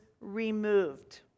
removed